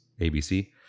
ABC